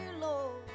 Lord